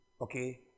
Okay